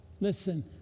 listen